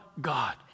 God